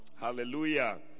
Hallelujah